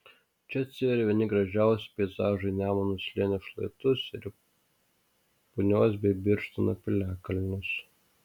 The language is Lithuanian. čia atsiveria vieni gražiausių peizažų į nemuno slėnio šlaitus ir punios bei birštono piliakalnius